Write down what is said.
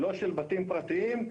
לא של בתים פרטיים,